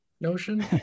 Notion